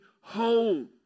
home